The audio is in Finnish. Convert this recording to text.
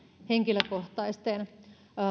henkilökohtaisten